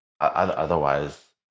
otherwise